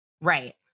Right